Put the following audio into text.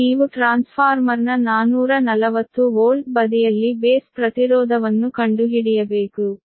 ಈಗ ನೀವು ಟ್ರಾನ್ಸ್ಫಾರ್ಮರ್ನ 440 ವೋಲ್ಟ್ ಬದಿಯಲ್ಲಿ ಬೇಸ್ ಪ್ರತಿರೋಧವನ್ನು ಕಂಡುಹಿಡಿಯಬೇಕು